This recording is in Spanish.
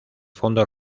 fondo